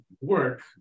work